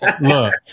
Look